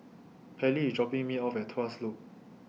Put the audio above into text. Pallie IS dropping Me off At Tuas Loop